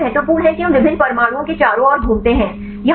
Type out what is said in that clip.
torsion कोण महत्वपूर्ण हैं कि हम विभिन्न परमाणुओं के चारों ओर घूमते हैं